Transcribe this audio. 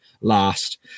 last